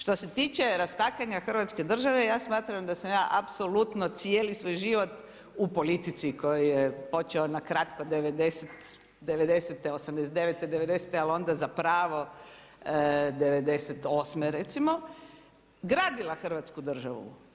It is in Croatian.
Što se tiče rastakanja hrvatske države, ja smatram da sam ja apsolutno cijeli svoj život u politici koji je počeo nakratko '89., 90., ali onda zapravo '98. recimo, gradila hrvatsku državu.